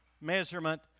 measurement